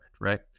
right